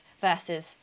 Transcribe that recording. versus